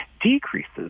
decreases